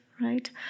right